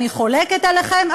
אני חולקת עליכם,